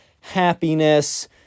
happiness